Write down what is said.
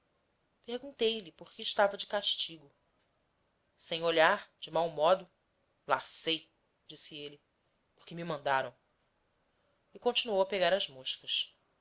perguntei-lhe por que estava de castigo sem olhar de mau modo lá sei disse ele porque me mandaram e continuou a pegar as moscas